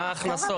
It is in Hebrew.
מה ההכנסות,